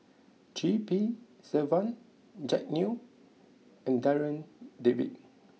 G P Selvam Jack Neo and Darryl David